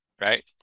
right